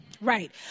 right